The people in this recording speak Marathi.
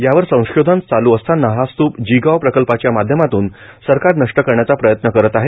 यावर संशोधन चालू असताना हा स्तूप जिगाव प्रकल्पाच्या माध्यमातून सरकार नष्ट करण्याचा प्रयत्न करत आहे